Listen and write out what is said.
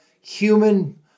human